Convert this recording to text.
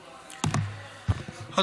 נו, זהו.